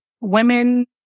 Women